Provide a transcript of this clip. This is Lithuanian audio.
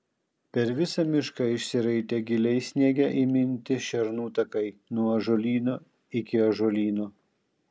per visą mišką išsiraitė giliai sniege įminti šernų takai nuo ąžuolyno iki ąžuolyno